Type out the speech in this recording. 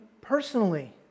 personally